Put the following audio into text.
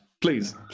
please